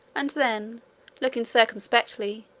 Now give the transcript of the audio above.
and then looking circumspectly,